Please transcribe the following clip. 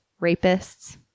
rapists